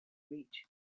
reach